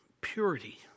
purity